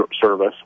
service